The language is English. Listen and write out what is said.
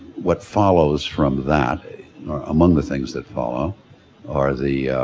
what follows from that or among the things that follow are the